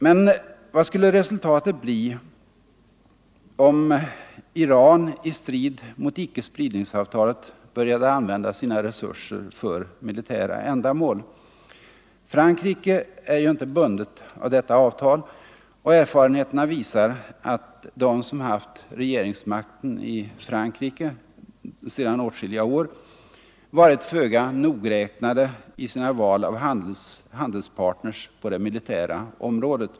Men vad skulle resultatet bli om Iran i strid mot icke-spridningsavtalet började använda sina resurser för militära ändamål. Frankrike är inte bundet av detta avtal, och erfarenheterna visar att de som haft regeringsmakten i Frankrike sedan åtskilliga år varit föga nogräknade i sina val av handelspartners på det militära området.